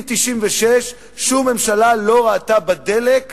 מ-1996 שום ממשלה לא ראתה בדלק